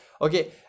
Okay